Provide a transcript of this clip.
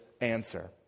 answer